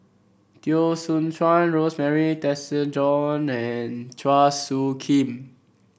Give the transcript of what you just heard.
Teo Soon Chuan Rosemary Tessensohn and Chua Soo Khim